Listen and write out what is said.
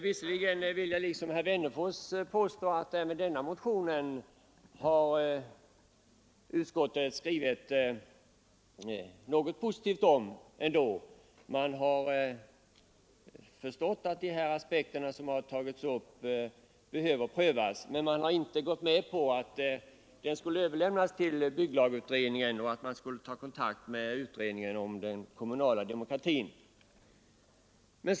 Visserligen anser jag såsom herr Wennerfors att utskottet ändå har skrivit rätt positivt om vår motion nr 1166. Man har förstått att de aspekter som har tagits upp behöver prövas, men man har inte gått med på att frågan skulle överlämnas till bygglagutredningen och att kontakt skulle tas med utredningen om den kommunala demokratin.